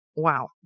Wow